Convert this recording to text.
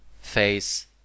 face